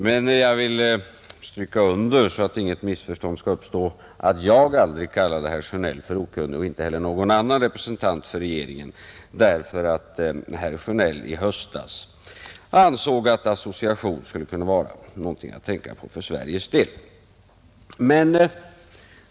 Men jag vill stryka under, för att inte något missförstånd skall uppstå, att jag aldrig kallade herr Sjönell för okunnig — inte heller någon annan representant för regeringen gjorde det — för att herr Sjönell i höstas ansåg att association skulle kunna vara någonting att tänka på för Sveriges del.